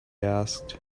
asked